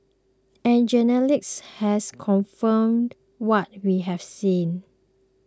and genetics has confirmed what we have seen